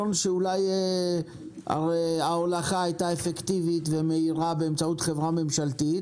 נאמר גם שההולכה הייתה אפקטיבית ומהירה באמצעות חברה ממשלתית